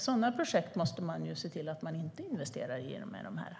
Sådana projekt ska vi inte investera pengarna i.